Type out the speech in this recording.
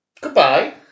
Goodbye